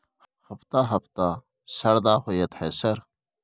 हफ्ता हफ्ता शरदा होतय है सर?